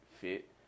fit